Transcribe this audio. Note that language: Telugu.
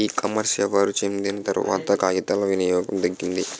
ఈ కామర్స్ ఎవరు చెందిన తర్వాత కాగితాల వినియోగం తగ్గింది